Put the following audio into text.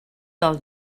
dels